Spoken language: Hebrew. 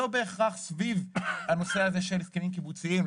לא בהכרח סביב הנושא הזה של הסכמים קיבוציים.